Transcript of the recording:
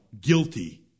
guilty